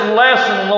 lesson